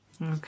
Okay